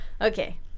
Okay